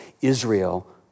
Israel